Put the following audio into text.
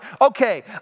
okay